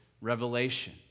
Revelation